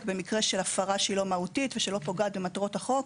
במקרה של הפרה שהיא לא מהותית ושלא פוגעת במטרות החוק.